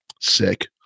sick